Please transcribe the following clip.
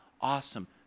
awesome